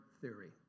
theory